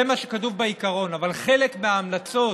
זה מה שכתוב בעיקרון, אבל חלק מההמלצות